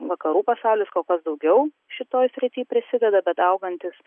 vakarų pasaulis kol kas daugiau šitoj srity prisideda bet augantis